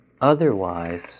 Otherwise